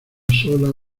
sola